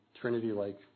Trinity-like